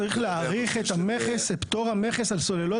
צריך להאריך את הפטור על מכס על סוללות,